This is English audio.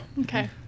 Okay